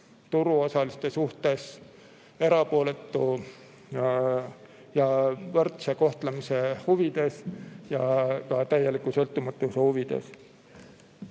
turuosaliste suhtes erapooletu ja võrdse kohtlemise huvides ja ka täieliku sõltumatuse huvides.